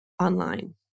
Online